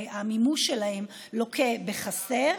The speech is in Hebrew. המימוש שלהן לוקה בחסר.